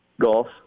golf